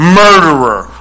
murderer